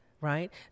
right